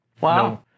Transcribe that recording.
Wow